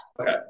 Okay